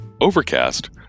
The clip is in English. Overcast